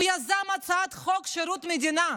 הוא יזם את הצעת חוק שרות המדינה,